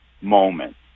moment